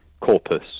corpus